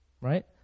right